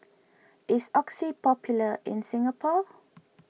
is Oxy popular in Singapore